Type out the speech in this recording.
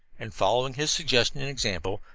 and following his suggestion and example,